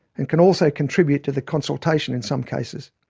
and can also contribute to the consultation in some cases.